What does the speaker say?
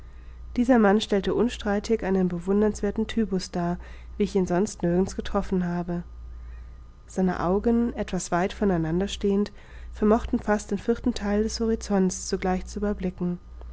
dieser mann stellte unstreitig einen bewundernswerthen typus dar wie ich ihn sonst nirgends getroffen habe seine augen etwas weit von einander abstehend vermochten fast den vierten theil des horizonts zugleich zu überblicken